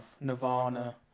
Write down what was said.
Nirvana